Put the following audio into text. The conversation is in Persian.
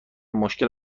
مشکل